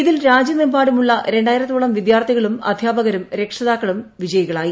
ഇതിൽ രാജ്യമെമ്പാടുമായുള്ള രണ്ടായിരത്തോളം വിദ്യാർത്ഥികളും അധ്യാപകരും രക്ഷിതാക്കളും വിജയികളായി